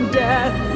death